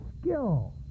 skill